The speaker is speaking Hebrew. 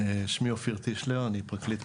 היא הוקמה